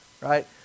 right